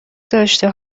داشته